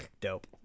Dope